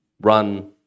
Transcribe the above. run